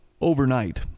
overnight